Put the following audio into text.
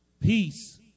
peace